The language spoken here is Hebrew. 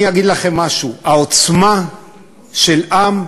אני אגיד לכם משהו: העוצמה של עם,